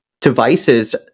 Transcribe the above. devices